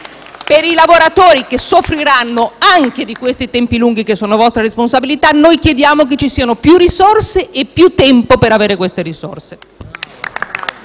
Per i lavoratori che soffri-_ ranno anche di questi tempi lunghi, che sono vostra responsabilità, noi chiediamo che ci siano più risorse e più tempo per reperirle.